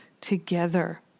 together